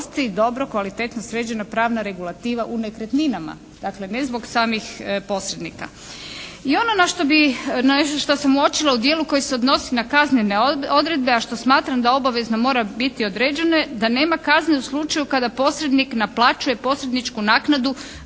postoji dobro, kvalitetno sređena pravna regulativa u nekretninama. Dakle ne zbog samih posrednika. I ono na što bih, nešto što sam uočila u djelu koji se odnosi na kaznene odredbe a što smatram da obavezno mora biti određene da nema kazne u slučaju kada posrednik naplaćuje posredničku naknadu